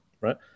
right